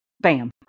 bam